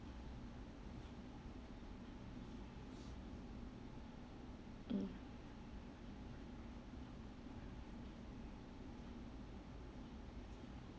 mm